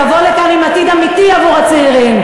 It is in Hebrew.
תבוא לכאן עם עתיד אמיתי עבור הצעירים,